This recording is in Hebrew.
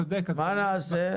מה נעשה.